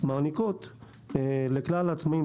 מעניקות לכלל העצמאיים,